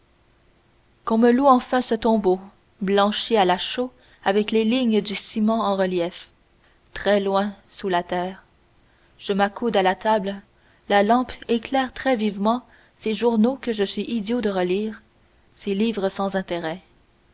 me loue enfin ce tombeau blanchi à la chaux avec les lignes du ciment en relief très loin sous la terre je m'accoude à la table la lampe éclaire très vivement ces journaux que je suis idiot de relire ces livres sans intérêt